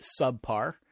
subpar